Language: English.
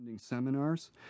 ...seminars